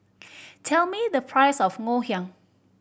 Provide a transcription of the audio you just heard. tell me the price of Ngoh Hiang